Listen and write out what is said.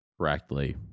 correctly